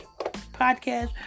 podcast